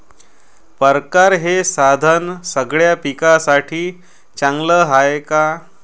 परकारं हे साधन सगळ्या पिकासाठी चांगलं हाये का?